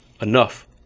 enough